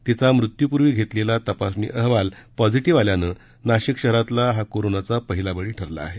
तिचा मृत्यूपूर्वी घेतलेला तपासणी अहवाल पॉझिटिव्ह आल्यानं नाशिक शहरातील हा कोरोनाचा पहिला बळी ठरला आहे